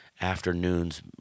afternoons